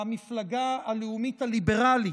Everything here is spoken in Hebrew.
המפלגה הלאומית הליברלית,